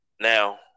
now